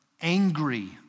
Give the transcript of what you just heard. angry